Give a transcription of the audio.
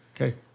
Okay